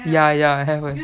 ya ya have